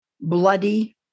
bloody